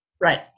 right